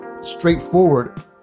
straightforward